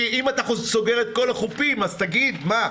כי אם אתה סוגר את כל החופים אז תגיד, מה.